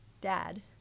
dad